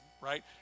right